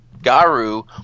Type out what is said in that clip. Garu